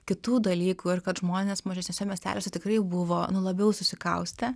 kitų dalykų ir kad žmonės mažesniuose miesteliuose tikrai buvo labiau susikaustę